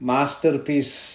Masterpiece